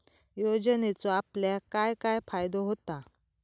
योजनेचो आपल्याक काय काय फायदो होता?